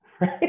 right